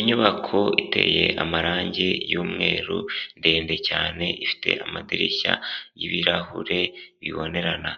Inyubako iteye amarangi y'umweru ndende cyane, ifite amadirishya y'ibirahure bibonerana,